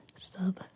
sub